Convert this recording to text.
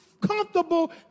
comfortable